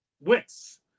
Wits